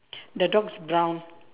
the dog is brown